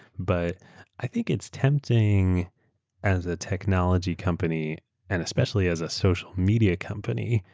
but i think it's tempting as a technology company and especially as a social media company,